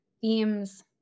themes